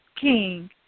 king